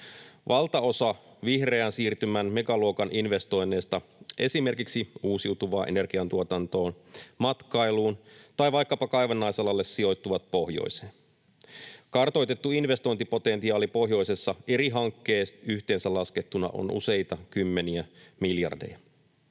Valtaosa vihreän siirtymän megaluokan investoinneista esimerkiksi uusiutuvaan energiantuotantoon, matkailuun tai vaikkapa kaivannaisalalle sijoittuvat pohjoiseen. Kartoitettu investointipotentiaali pohjoisessa — eri hankkeet yhteensä laskettuna — on useita kymmeniä miljardeja.